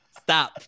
stop